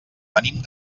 venim